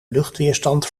luchtweerstand